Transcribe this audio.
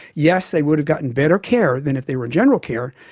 yes, they would have gotten better care than if they were in general care,